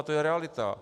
To je realita.